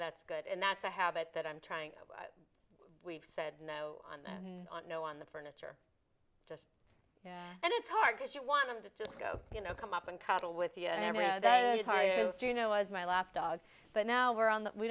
that's good and that's a habit that i'm trying to weave said no on and on no on the furniture yeah and it's hard because you want them to just go you know come up and cuddle with yeah that was my lap dog but now we're on that we